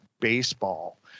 Baseball